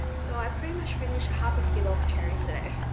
so i pretty much finished half a kilo of cherries today.